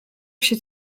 się